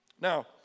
Now